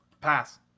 Pass